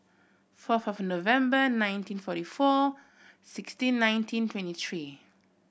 fourth of November nineteen forty four sixteen nineteen twenty three